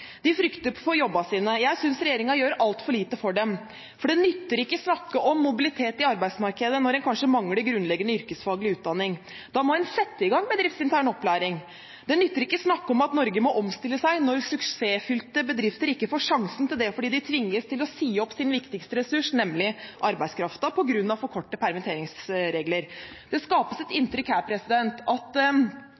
de frykter for jobbene sine. Jeg synes regjeringen gjør altfor lite for dem. Det nytter ikke å snakke om mobilitet i arbeidsmarkedet når en kanskje mangler grunnleggende yrkesfaglig utdanning. Da må en sette i gang bedriftsintern opplæring. Det nytter ikke å snakke om at Norge må omstille seg når suksessfylte bedrifter ikke får sjansen til det fordi de tvinges til å si opp sin viktigste ressurs, nemlig arbeidskraften, på grunn av permitteringsreglene. Det skapes et